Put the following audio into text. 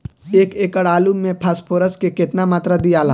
एक एकड़ आलू मे फास्फोरस के केतना मात्रा दियाला?